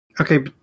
Okay